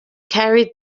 carried